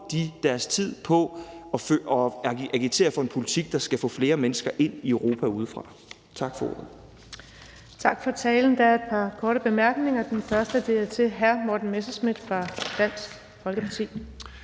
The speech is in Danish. vi vores tid på at agitere for en politik, der skal få flere mennesker ind i Europa udefra? Tak for ordet. Kl. 10:20 Den fg. formand (Birgitte Vind): Tak for talen. Der er et par korte bemærkninger. Den første er fra hr. Morten Messerschmidt fra Dansk Folkeparti.